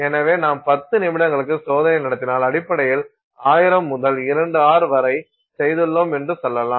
எனவே நாம் 10 நிமிடங்களுக்கு சோதனையை நடத்தினால் அடிப்படையில் 1000 முதல் 2r வரை செய்துள்ளோம் என்று சொல்லலாம்